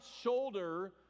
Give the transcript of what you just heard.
shoulder